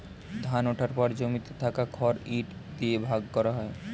ধান ওঠার পর জমিতে থাকা খড় ইট দিয়ে ভাগ করা হয়